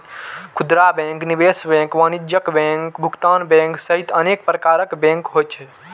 खुदरा बैंक, निवेश बैंक, वाणिज्यिक बैंक, भुगतान बैंक सहित अनेक प्रकारक बैंक होइ छै